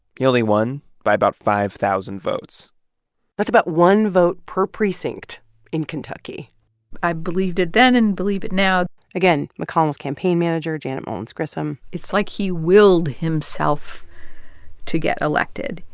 he only won by about five thousand votes that's about one vote per precinct in kentucky i believed it then and believe it now again, mcconnell's campaign manager, janet mullins grissom it's like he willed himself to get elected.